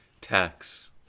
tax